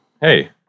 Hey